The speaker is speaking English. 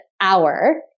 hour